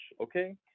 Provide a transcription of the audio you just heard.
okay